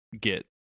get